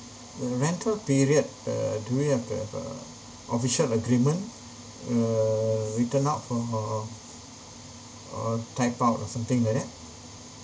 uh rental period uh do we have to have a official agreement err written out from a or typed out or something like that